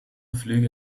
flüge